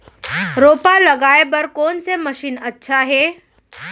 रोपा लगाय बर कोन से मशीन अच्छा हे?